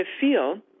feel